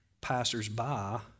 passers-by